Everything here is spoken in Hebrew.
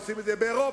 עושים את זה באירופה,